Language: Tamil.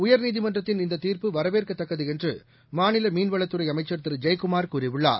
உயர்நீதிமன்றத்தின் இந்ததீர்ப்பு வரவேற்கத்தக்கதுஎன்றுமாநிலமீன்வளத்துறைஅமைச்சா் திருஜெயக்குமார் கூறியுள்ளார்